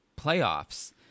playoffs